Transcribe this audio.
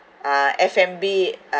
uh F_M_B